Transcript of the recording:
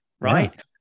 Right